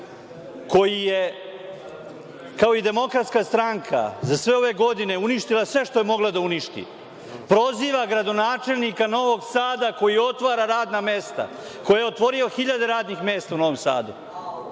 koji je kao i Demokratska stranka koja je za sve ove godine uništila sve što je mogla da uništi, proziva gradonačelnika Novog Sada koji otvara radna mesta, koji je otvorio hiljade radnih mesta u Novom Sadu,